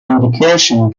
indication